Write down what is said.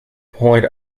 point